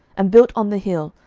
and built on the hill,